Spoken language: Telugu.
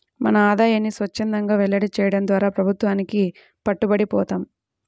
మన ఆదాయాన్ని స్వఛ్చందంగా వెల్లడి చేయడం ద్వారా ప్రభుత్వానికి పట్టుబడి పోతాం